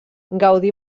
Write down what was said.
gaudí